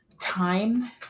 time